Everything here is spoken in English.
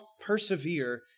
persevere